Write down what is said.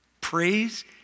Praise